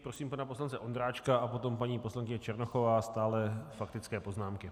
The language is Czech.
Prosím pana poslance Ondráčka a potom paní poslankyně Černochová, stále faktické poznámky.